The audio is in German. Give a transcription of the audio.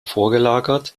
vorgelagert